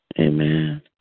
Amen